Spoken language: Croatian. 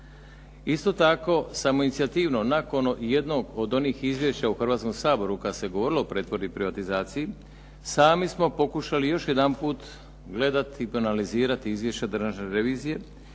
Isto tako, samoinicijativno nakon jednog od onih izvješća u Hrvatskom saboru kad se govorilo o pretvorbi i privatizaciji sami smo pokušali još jedanput gledati, analizirati izvješća Državne revizije